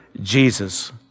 Jesus